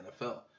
NFL